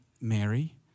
Mary